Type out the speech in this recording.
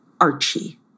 Archie